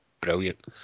brilliant